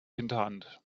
hinterhand